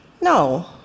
No